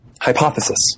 hypothesis